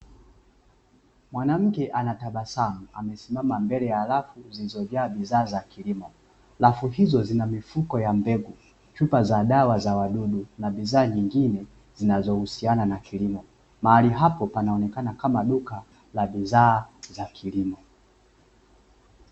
Mwanamke anatabasamu, amesimama mbele ya rafu zilizojaa bidhaa za kilimo. Rafu hizo zina mifuko ya mbegu, chupa za dawa za wadudu, na bidhaa nyingine zinazohusiana na kilimo. Mahali hapo panaonekana kama duka la bidhaa za kilimo.